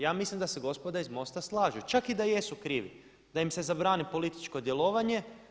Ja mislim da se gospoda iz MOST-a slažu čak i da jesu krivi, da im se zabrani političko djelovanje.